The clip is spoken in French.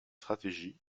stratégie